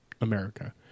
America